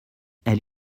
elle